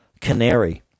Canary